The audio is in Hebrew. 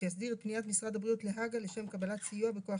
שיסדיר את פניית משרד הבריאות להג"א לשם קבלת סיוע וכוח